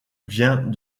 vient